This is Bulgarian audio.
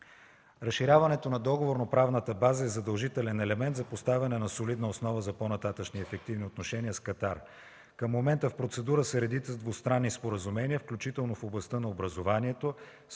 Разширяването на договорно-правната база е задължителен елемент за поставяне на солидна основа за по-нататъшни ефективни отношения с Катар. Към момента в процедура са редица двустранни споразумения, включително в областта на образованието,